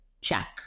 check